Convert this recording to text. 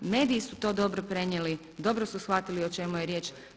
Mediji su to dobro prenijeli, dobro su shvatili o čemu je riječ.